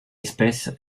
espèce